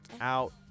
out